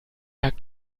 tag